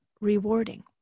rewarding